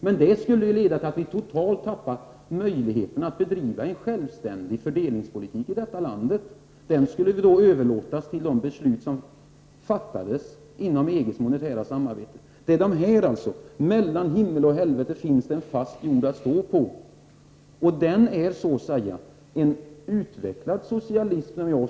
Men det skulle ju leda till att vi helt förlorade möjligheterna att bedriva en självständig fördelningspolitik i detta land. Fördelningspolitiken skulle då överlåtas till att bli föremål för de beslut som fattas inom EG:s monetära samarbete. Mellan himmel och helvete finns det en fast jord att stå på. Och den socialism som jag står för det är så att säga en utvecklad socialism.